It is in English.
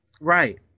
right